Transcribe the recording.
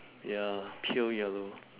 ya pale yellow